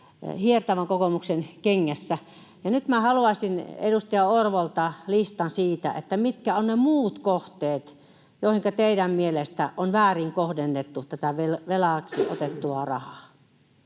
hiertävän kokoomuksen kengässä, ja nyt minä haluaisin edustaja Orvolta listan siitä, mitkä ovat ne muut kohteet, joihinka teidän mielestänne on väärin kohdennettu tätä velaksi otettua rahaa.